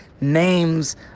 names